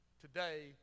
Today